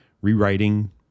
rewriting